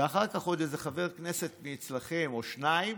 ואחר כך עוד איזה חבר כנסת מאצלכם או שניים